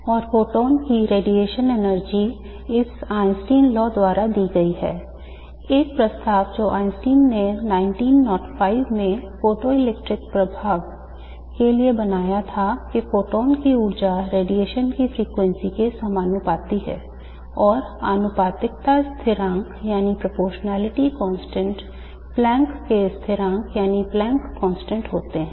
और फोटॉन की रेडिएशन ऊर्जा होते हैं